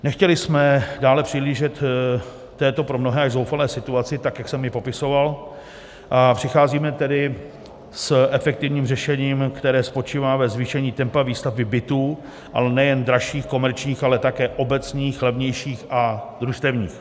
Nechtěli jsme dále přihlížet k této pro mnohé zoufalé situaci tak, jak jsem ji popisoval, a přicházíme tedy s efektivním řešením, které spočívá ve zvýšení tempa výstavby bytů, ale nejen dražších, komerčních, ale také obecních, levnějších a družstevních.